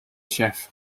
chef